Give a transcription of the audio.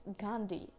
Gandhi